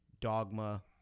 Dogma